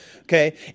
okay